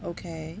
okay